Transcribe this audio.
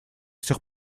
сих